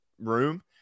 room